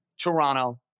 Toronto